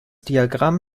diagramm